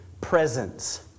presence